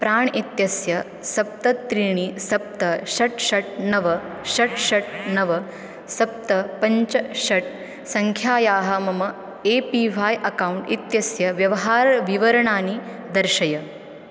प्राण् इत्यस्य सप्त त्रीणि सप्त षट् षट् नव षट् षट् नव सप्त पञ्च षट् सङ्ख्यायाः मम ए पी ह्वाय् अकौण्ट् इत्यस्य व्यवहारविवरणानि दर्शय